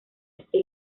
este